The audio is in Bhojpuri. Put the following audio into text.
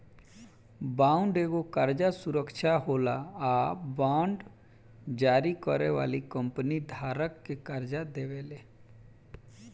बॉन्ड एगो कर्जा सुरक्षा होला आ बांड जारी करे वाली कंपनी धारक के कर्जा देवेले